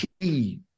key